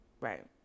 right